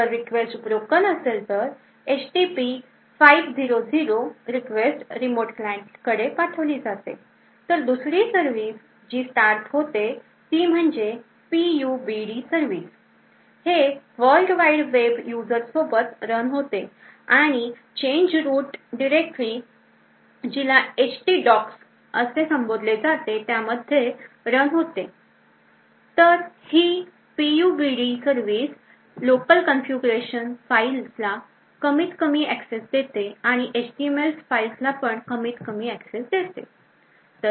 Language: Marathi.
जर request broken असेल तर HTP 500 request रिमोट client कडे पाठवली जाते तर दुसरी सर्विस जी स्टार्ट होते ती म्हणजे PUBD सर्विस हे www यूजर सोबत रन होते आणि Change root directory जिला ht docs असे संबोधले जाते त्यामध्ये रन होत आहे तर ही PUBD service local configuration Files ला कमीत कमी एक्सेस देते आणि HTML फाइल्स ला पण कमीत कमी एक्सेस देते